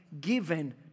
given